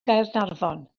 gaernarfon